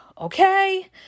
okay